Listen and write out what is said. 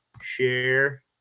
Share